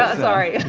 ah sorry.